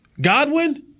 Godwin